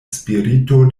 spirito